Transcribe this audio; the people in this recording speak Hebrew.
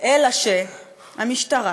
אלא שהמשטרה